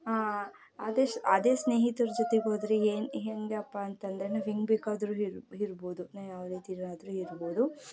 ಅದೆ ಅದೇ ಸ್ನೇಹಿತ್ರ ಜೊತೆಗೆ ಹೋದರೆ ಹೆಂಗಪ್ಪ ಅಂತಂದರೆ ನಾವು ಹೇಗ್ ಬೇಕಾದರೂ ಇರ್ ಇರ್ಬೋದು ಯಾವ ರೀತಿಲ್ಲಾದರೂ ಇರ್ಬೋದು